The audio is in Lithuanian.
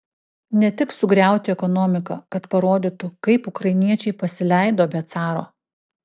ne tik sugriauti ekonomiką kad parodytų kaip ukrainiečiai pasileido be caro